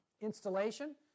installation